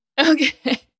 Okay